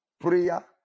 Prayer